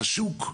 השוק,